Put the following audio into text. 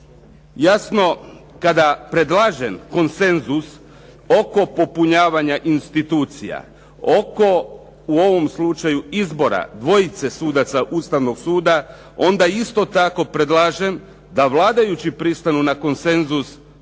Jasno, kada predlažem konsenzus oko popunjavanja institucija, oko u ovom slučaju izbora dvojice sudaca Ustavnog suda, onda isto tako predlažem da vladajući pristanu na konsenzus